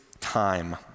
time